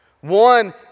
One